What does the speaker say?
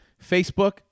Facebook